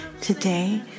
Today